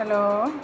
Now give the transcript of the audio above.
hello